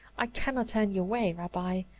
i cannot turn you away. rabbi,